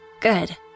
Good